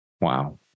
Wow